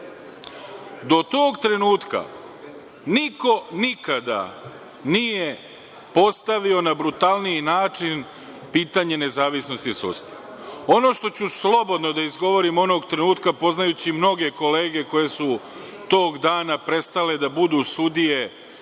Do tog trenutka niko nikada nije postavio na brutalniji način pitanje nezavisnosti sudstva. Ono što ću slobodno da izgovorim ovog trenutka, poznajući mnoge kolege koje su tog dana prestale da budu sudije